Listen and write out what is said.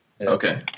Okay